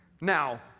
Now